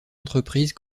entreprise